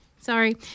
Sorry